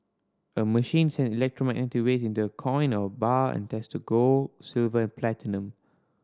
a machine sends waves into a coin or bar and test gold silver and platinum